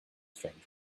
strange